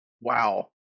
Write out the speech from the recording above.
Wow